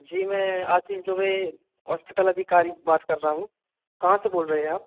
जी मैं आशीष दुबे हॉस्पिटल अधिकारी बात कर रहा हूँ कहाँ से बोल रहे हैं आप